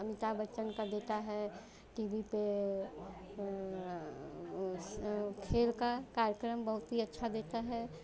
अमिताभ बच्चन का देता है टी वी पर खेल का कार्यक्रम बहुत ही अच्छा देता है